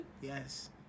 Yes